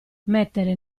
mettere